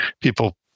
people